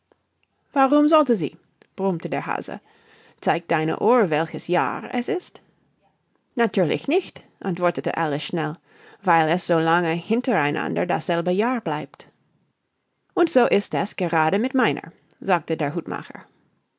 warum sollte sie brummte der hase zeigt deine uhr welches jahr es ist natürlich nicht antwortete alice schnell weil es so lange hintereinander dasselbe jahr bleibt und so ist es gerade mit meiner sagte der hutmacher